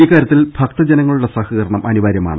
ഇക്കാര്യത്തിൽ ഭക്ത ജനങ്ങളുടെ സഹകരണം അനിവാര്യ മാണ്